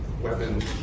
weapons